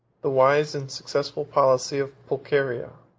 the wise and successful policy of pulcheria.